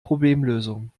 problemlösung